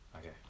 Okay